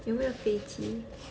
有没有飞机